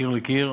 מקיר לקיר.